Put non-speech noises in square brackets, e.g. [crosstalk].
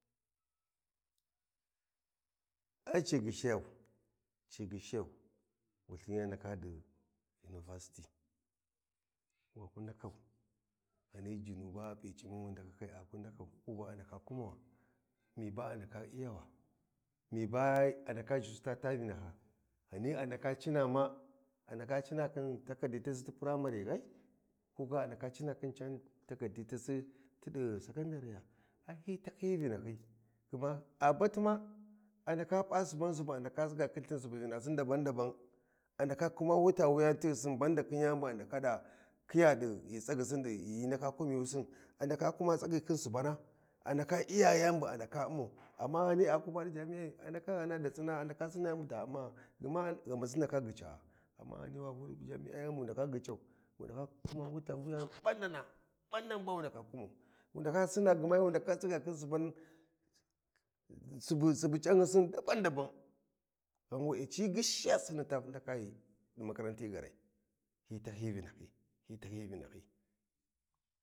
Ai ci ghishiyau ci ghishiyau wulthin ya ndaka di univasti wa ku ndakan jinu ba a pu c'imi wi ndakakai a ku ndakau ku ba a ndaka umma [noise] wa mi ba a ndaka iyawa mi ba a ndaka cina ma a ndaka cina khin takardi tasi ti primary ghai ko ga a ndaka cina ca khin takardi tasi ti di sakandare ya? Ai hyi taa yi vinahyi kuma a bati ma a ndaka pa suban suba a ndaka tsiga khin lthin subu vinasi daban daban a ndaka khiya wayani tighisin banda khin yani bu a ndaka da khiya di ghi tsaghisin ghi hyi ndaka kumiyusin a ndaka kuma tsaghi khin subana a ndaka iya yani bu a ndaka umma, [noise] amma Ghani a ku ba di jama’ai a ndaka ghana di sinna a ndaka sina yani buta umma gha gma ghamasi ndaka ghicaya. Amma Ghani wa bu di jami’I ghamu ndaka ghican wu ndaka kuma [noise] wi ta wuyani badana badan ba wu ndaka kumau wu ndaka sinna kuma subu subu canhyisin daban daban ghan we’e cighishiya sinni ta ndaka di makaranti gaarai hyi taa hyi yi vinayi hyi tahyiyi vinahyi.